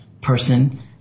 person